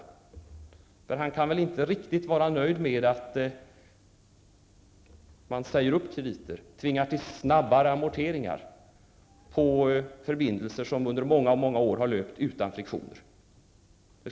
Näringsministern kan väl inte vara riktigt nöjd med att man säger upp krediter och tvingar förbindelser som under många år har löpt utan friktioner till snabbare amorteringar?